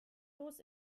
los